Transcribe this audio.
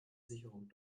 sicherung